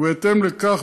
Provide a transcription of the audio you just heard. ובהתאם לכך,